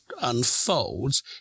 unfolds